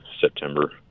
September